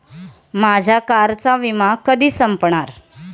माझ्या कारचा विमा कधी संपणार